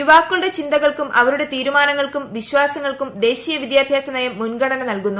യുവാക്കളുടെ ചിന്തകൾക്കും അവരുടെ തീരുമാനങ്ങൾക്കും വിശ്വാസങ്ങൾക്കും ദേശീയ വിദ്യാഭ്യാസ നയം മുൻഗണന നൽകുന്നു